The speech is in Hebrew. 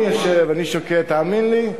אני יושב, אני שוקד, תאמין לי,